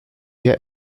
yet